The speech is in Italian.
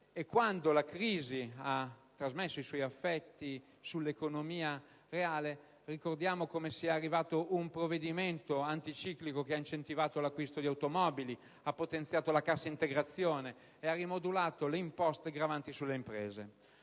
quando la crisi ha trasmesso i suoi effetti sull'economia reale, è arrivato un provvedimento anticiclico, che ha incentivato l'acquisto di automobili, ha potenziato la cassa integrazione ed ha rimodulato le imposte gravanti sulle imprese.